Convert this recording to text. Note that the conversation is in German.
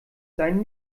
seinen